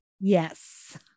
Yes